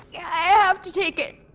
i have to take it.